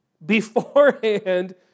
Beforehand